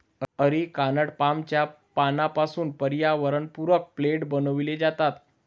areca nut पामच्या पानांपासून पर्यावरणपूरक प्लेट बनविले जातात